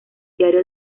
diario